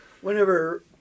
Whenever